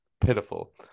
pitiful